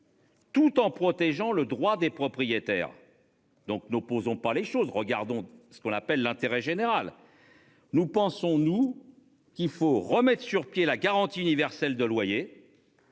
Tout en protégeant le droit des propriétaires. Donc, n'opposons pas les choses, regardons ce qu'on appelle l'intérêt général. Nous pensons nous qu'il faut remettre sur pied la garantie universelle de loyer.